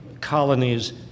colonies